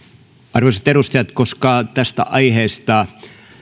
arvoisat edustajat koska tästä aiheesta